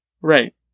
Right